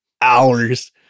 hours